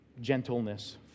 gentleness